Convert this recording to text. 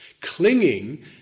Clinging